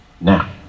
now